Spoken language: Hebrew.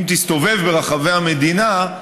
אם תסתובב ברחבי המדינה,